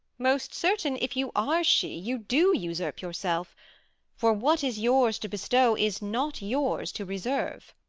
most certain, if you are she, you do usurp yourself for what is yours to bestow is not yours to reserve.